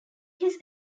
his